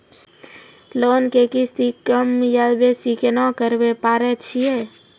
Loan के किस्ती कम या बेसी केना करबै पारे छियै?